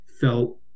felt